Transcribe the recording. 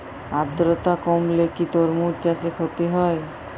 আদ্রর্তা কমলে কি তরমুজ চাষে ক্ষতি হয়?